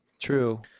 True